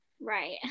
Right